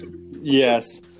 Yes